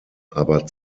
aber